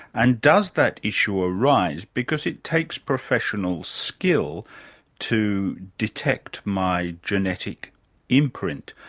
and does that issue arise, because it takes professional skill to detect my genetic imprint?